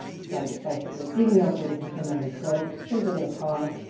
so that's basically digging up all the contaminated soil, putting it in a pile,